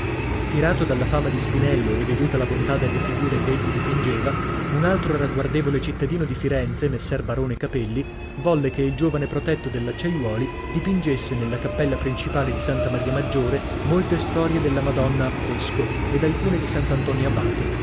tirato dalla fama di spinello e veduta la bontà delle figure che egli dipingeva un altro ragguardevole cittadino di firenze messer barone capelli volle che il giovane protetto dell'acciaiuoli dipingesse nella cappella principale di santa maria maggiore molte storie della madonna a fresco ed alcune di sant'antonio abate